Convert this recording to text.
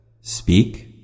Speak